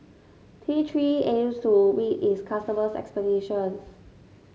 T Three aims to meet its customers' expectations